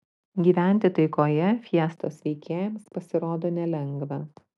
gyventi taikoje fiestos veikėjams pasirodo nelengva